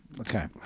Okay